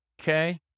okay